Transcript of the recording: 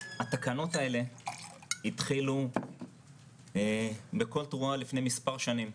התקנות האלה התחילו בכל תרועה לפני מספר שנים.